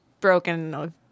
broken